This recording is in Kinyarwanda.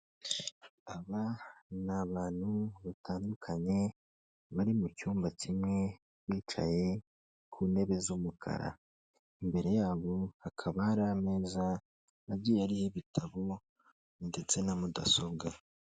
Aba ni abantu batandukanye bari mu cyumba kimwe bicaye ku ntebe z'umukara, imbere yabo hakaba hari ameza agiye ariho ibitabo ndetse na mudasobwa.